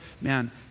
man